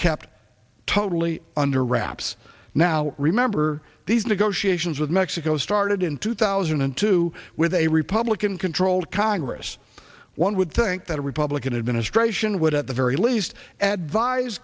kept totally under wraps now remember these negotiations with mexico started in two thousand and two with a republican controlled congress one would think that a republican administration would at the very least advise